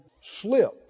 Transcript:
slip